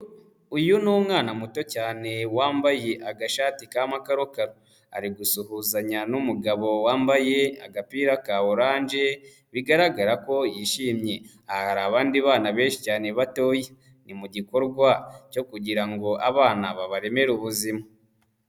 Uyu ni umwana muto cyane wambaye agashati ka makarokaro, ari gusuhuzanya n'umugabo wambaye agapira ka orange, bigaragara ko yishimye, aha hari abandi bana benshi cyane batoya, ni mu gikorwa cyo kugira ngo abana babaremere ubuzima.